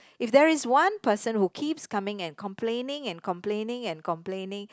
if there is one person who keeps coming and complaining and complaining and complaining